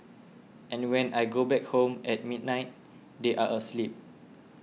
and when I go back home at midnight they are asleep